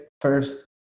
first